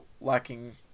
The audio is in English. lacking